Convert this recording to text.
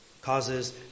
Causes